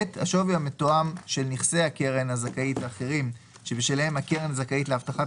השווי המתואם של נכסי הקרן הזכאית האחרים שבשלהם הקרן זכאית להבטחת